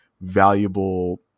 valuable